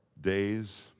days